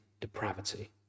depravity